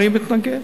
הר"י מתנגדת.